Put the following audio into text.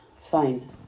Fine